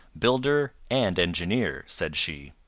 builder and engineer, said she.